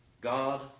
God